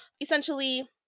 Essentially